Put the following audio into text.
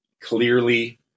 Clearly